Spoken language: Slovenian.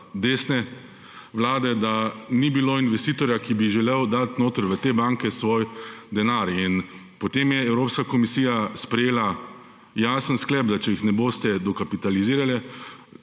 desne vlade, da ni bilo investitorja, ki bi želel dati v te banke svoj denar. In potem je Evropska komisija sprejela jasen sklep, če ne bodo dokapitalizirane,